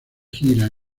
gira